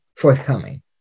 forthcoming